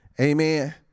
amen